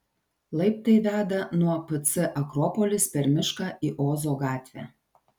laiptai veda nuo pc akropolis per mišką į ozo gatvę